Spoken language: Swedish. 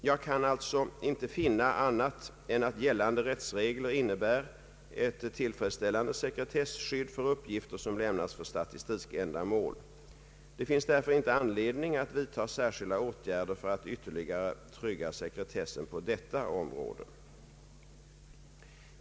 Jag kan alltså inte finna annat än att gällande rättsregler innebär ett tillfredsställande sekretesskydd för uppgifter, som lämnats för statistikändamål. Det finns därför inte anledning att vidta särskilda åtgärder för att ytterligare trygga sekretessen på detta område.